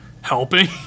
helping